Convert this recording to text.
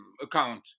account